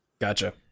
Gotcha